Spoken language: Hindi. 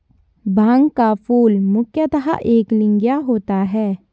भांग का फूल मुख्यतः एकलिंगीय होता है